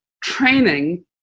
training